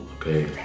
okay